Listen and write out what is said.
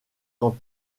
quand